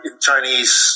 Chinese